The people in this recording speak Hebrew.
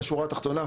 בשורה התחתונה,